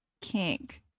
kink